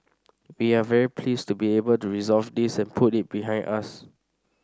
we're very pleased to be able to resolve this and put it behind us